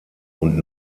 und